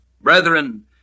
Brethren